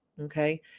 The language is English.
Okay